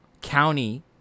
county